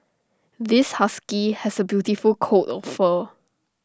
this husky has A beautiful coat of fur